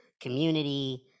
community